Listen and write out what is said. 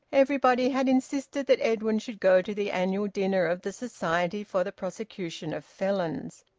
everybody had insisted that edwin should go to the annual dinner of the society for the prosecution of felons,